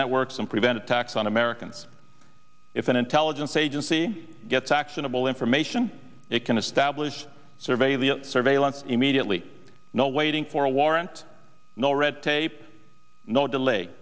networks and prevent attacks on americans if an intelligence agency gets actionable information it can establish survey the surveillance immediately no waiting for a warrant no red tape no delay